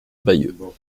bayeux